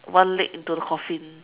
one leg into the coffin